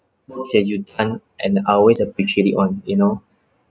work that you done and I always appreciate it [one] you know